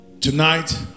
Tonight